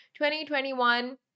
2021